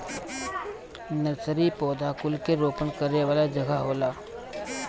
nursery पौधा कुल के रोपण करे वाला जगह होला